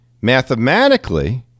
mathematically